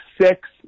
six